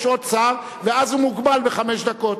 יש עוד שר, ואז הוא מוגבל בחמש דקות.